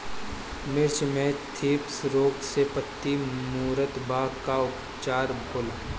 मिर्च मे थ्रिप्स रोग से पत्ती मूरत बा का उपचार होला?